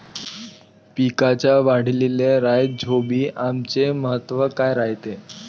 पिकाच्या वाढीले राईझोबीआमचे महत्व काय रायते?